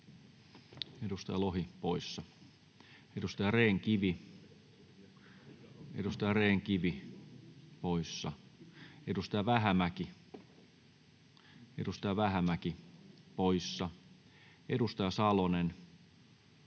edustaja Rehn-Kivi poissa. Edustaja Vähämäki, edustaja Vähämäki poissa. Edustaja Salonen,